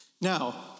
Now